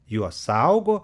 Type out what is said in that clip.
juos saugo